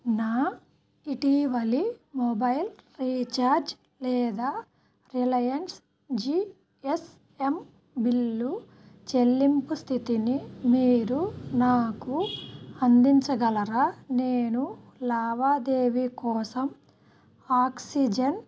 నా ఇటీవలి mobile recharge లేదా Reliance G S M bill చెల్లింపు స్థితిని మీరు నాకు అందించగలరా నేను లావాదేవీ కోసం ఆక్సిజెన్